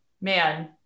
man